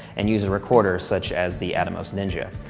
and use a recorder such as the atomos ninja.